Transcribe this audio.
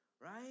right